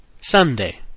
Sunday